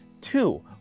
Two